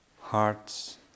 hearts